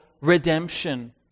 redemption